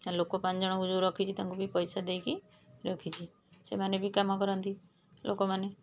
ଆଉ ଲୋକ ପାଞ୍ଚଜଣଙ୍କୁ ଯେଉଁ ରଖିଛି ତାଙ୍କୁ ବି ପଇସା ଦେଇକି ରଖିଛି ସେମାନେ ବି କାମ କରନ୍ତି ଲୋକମାନେ